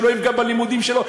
שלא יפגע בלימודים שלו.